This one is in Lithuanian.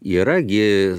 yra gi